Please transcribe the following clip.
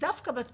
זה לא רק